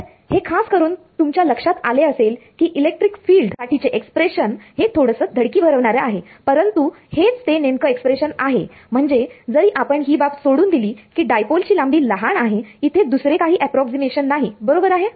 तर हे खास करून तुमच्या लक्षात आले असेल की इलेक्ट्रिक फील्ड साठी चे एक्सप्रेशन हे थोडसं धडकी भरवणारे आहे परंतु हेच ते नेमकं एक्सप्रेशन आहे म्हणजे जरी आपण ही बाब सोडून दिली की डायपोल ची लांबी लहान आहे इथे दुसरे काही अप्रॉक्सीमेशन नाही बरोबर आहे